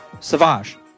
Savage